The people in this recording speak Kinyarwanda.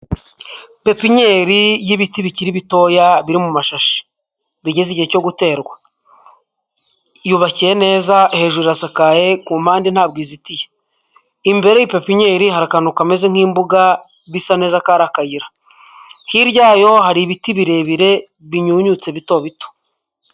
Pepennyeri y'ibiti bitoya biri mu mashashi, bigeze igihe cyo guterwa, yubakiye neza hejuru harasakaye ku mpande ntabwo izitiye, imbere yiyi pepenyeri hari akantu kameze nk'imbuga bisa neza nkaho ari akayira, hirya yayo hari ibiti birebire binyunyutse bito bito.